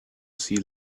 see